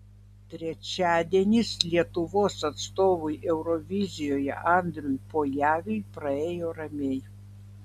trečiadienis lietuvos atstovui eurovizijoje andriui pojaviui praėjo ramiai